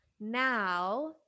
now